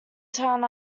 town